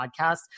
podcast